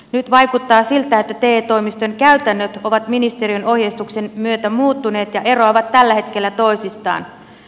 nyt vaikuttaa siltä että te toimiston käytännöt ovat ministeriön ohjeistuksen myötä muuttuneet ja eroavat tällä hetkellä toisistaan